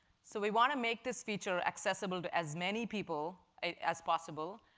so we want to make this feature accessible to as many people as possible,